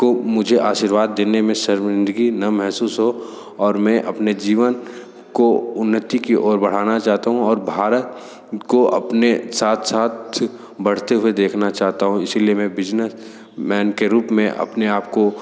को मुझे आशीर्वाद देने में शर्मिंदगी न महसूस हो और मैं अपने जीवन को उन्नति की ओर बढ़ाना चाहता हूँ और भारत को अपने साथ साथ बढ़ते हुए देखना चाहता हूँ इसीलिए मैं बिज़नेस मैन के रूप में अपने आप को